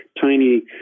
tiny